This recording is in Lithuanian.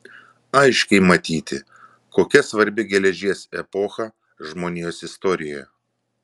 aiškiai matyti kokia svarbi geležies epocha žmonijos istorijoje